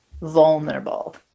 vulnerable